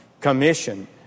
commission